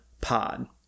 Pod